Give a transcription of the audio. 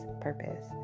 purpose